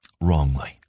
wrongly